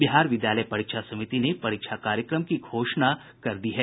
बिहार विद्यालय परीक्षा समिति ने परीक्षा कार्यक्रम की घोषणा कर दी है